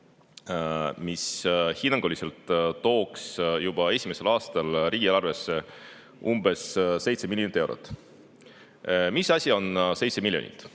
mis hinnanguliselt tooks juba esimesel aastal riigieelarvesse umbes 7 miljonit eurot. Mis on 7 miljonit?